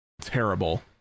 terrible